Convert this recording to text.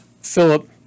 Philip